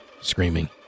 screaming